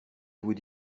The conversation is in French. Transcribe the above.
vous